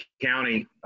county